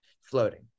floating